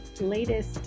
latest